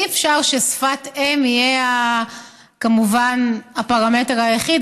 אי-אפשר ששפת אם תהיה הפרמטר היחיד.